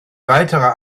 weiterer